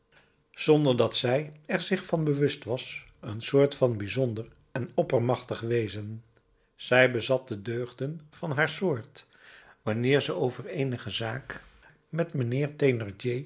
zonder dat zij er zich van bewust was een soort van bijzonder en oppermachtig wezen zij bezat de deugden van haar soort wanneer ze over eenige zaak met mijnheer